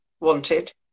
Wanted